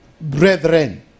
brethren